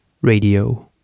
Radio